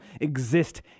exist